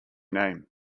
name